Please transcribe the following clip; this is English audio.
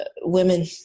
women